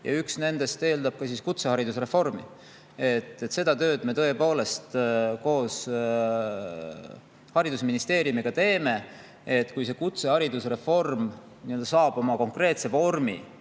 on. Üks nendest eeldab ka kutseharidusreformi. Seda tööd me tõepoolest koos haridusministeeriumiga teeme. Kui kutseharidusreform saab oma konkreetse vormi,